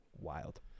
Wild